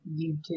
YouTube